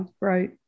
right